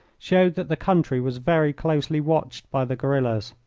showed that the country was very closely watched by the guerillas.